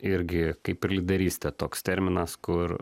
irgi kaip ir lyderystė toks terminas kur